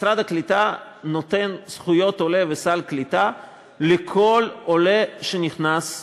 משרד הקליטה נותן זכויות עולה וסל קליטה לכל עולה שנכנס לארץ.